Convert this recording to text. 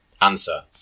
Answer